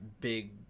big